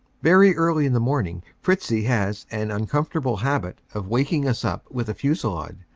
very early in the morning fritzie has an uncomfortable habit of waking us up with a fusillade,